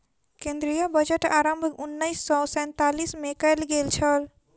केंद्रीय बजट के आरम्भ उन्नैस सौ सैंतालीस मे कयल गेल छल